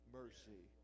mercy